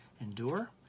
endure